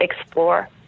explore